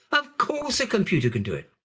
of course a computer can do it.